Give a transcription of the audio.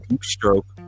stroke